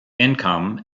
income